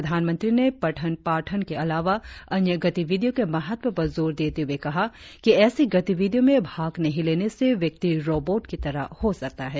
प्रधानमंत्री ने पठन पाठन के अलावा अन्य गतिविधियों के महत्व पर जोर देते हुए कहा कि ऐसी गतिविधियों में भाग नहीं लेने से व्यक्ति रॉबोट की तरह हो जाता है